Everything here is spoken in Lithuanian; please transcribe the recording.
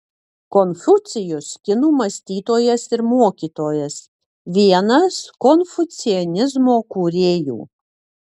konfucijus kinų mąstytojas ir mokytojas vienas konfucianizmo kūrėjų